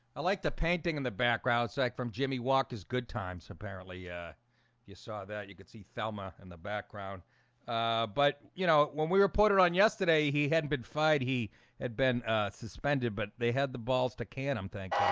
i like the painting in the background sack from jimmy walked his good times. apparently ah you saw that you could see felmy in the background but you know when we were put it on yesterday, he hadn't been fight he had been suspended but they had the balls to khanum um think